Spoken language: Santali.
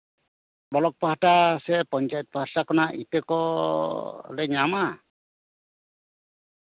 ᱵᱞᱚᱠ ᱯᱟᱦᱴᱟ ᱥᱮ ᱯᱚᱧᱪᱟᱭᱮᱛ ᱯᱟᱦᱚᱴᱟ ᱠᱷᱚᱱᱟᱜ ᱤᱛᱟᱹ ᱠᱚᱞᱮ ᱧᱟᱢᱟ